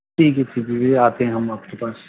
ٹھیک ہے پھر کبھی آتے ہیں ہم آپ کے پاس